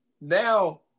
now